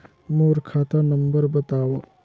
मोर खाता नम्बर बताव?